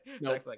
no